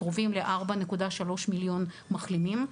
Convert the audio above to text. קרובים ל-4.3 מיליון מחלימים,